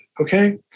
Okay